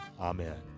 Amen